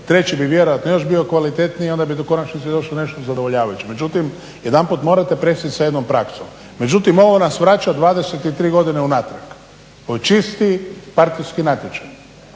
Treći bi vjerojatno još bio kvalitetniji i onda bi u konačnici došlo nešto zadovoljavajuće. Međutim, jedanput morate prestati sa jednom praksom. Međutim, ovo nas vraća 23 godine unatrag. To je čisti partijski natječaj